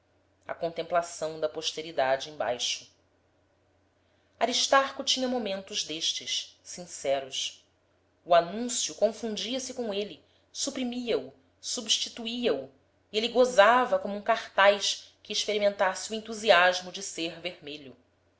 a contemplação da posteridade embaixo aristarco tinha momentos destes sinceros o anúncio confundia-se com ele suprimia o substituía o e ele gozava como um cartaz que experimentasse o entusiasmo de ser vermelho